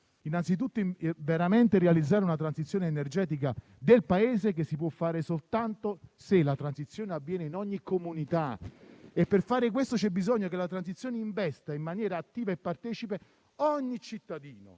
innanzitutto realizzare una vera transizione energetica del Paese, che si può fare soltanto se avviene in ogni comunità. Per fare questo, è necessario che la transizione investa in maniera attiva e partecipe ogni cittadino,